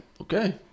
Okay